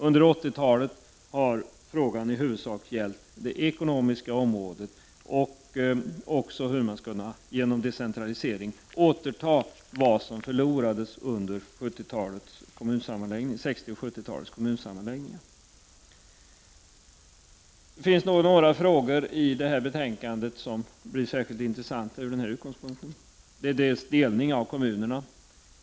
Under 80-talet har frågan i huvudsak gällt det ekonomiska området och hur man genom decentralisering skulle kunna återta vad som förlorades under 60 och 70-talens kommunsammanläggningar. Det finns några frågor i detta betänkande som blir särskilt intressanta från den här utgångspunkten, t.ex. delning av kommuner.